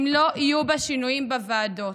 אם לא יהיו בה שינויים בוועדות.